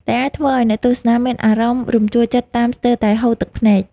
ដែលអាចធ្វើឱ្យអ្នកទស្សនាមានអារម្មណ៍រំជួលចិត្តតាមស្ទើរតែហូរទឹកភ្នែក។